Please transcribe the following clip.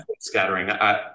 scattering